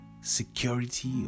security